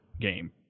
game